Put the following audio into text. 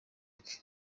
bwe